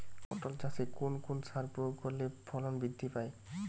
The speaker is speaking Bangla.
পটল চাষে কোন কোন সার প্রয়োগ করলে ফলন বৃদ্ধি পায়?